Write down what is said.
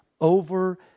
over